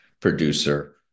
producer